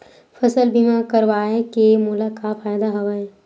फसल बीमा करवाय के मोला का फ़ायदा हवय?